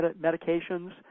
medications